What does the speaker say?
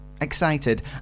Excited